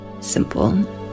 simple